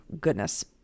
goodness